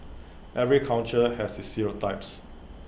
every culture has stereotypes